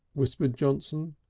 whispered johnson.